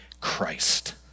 Christ